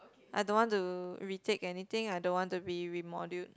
I don't want to retake anything I don't want to be re-moduled